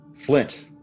Flint